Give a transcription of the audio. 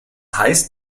heißt